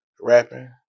rapping